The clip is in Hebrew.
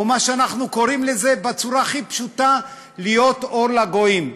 או מה שאנחנו קוראים לו בצורה הכי פשוטה "להיות אור לגויים".